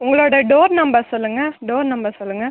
உங்ளோடய door number சொல்லுங்கள் door number சொல்லுங்கள்